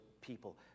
people